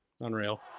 Unreal